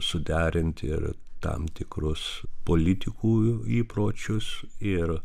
suderint ir tam tikrus politikų įpročius ir